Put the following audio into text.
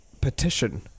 petition